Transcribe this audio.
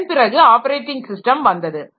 அதன் பிறகு operating system வந்தது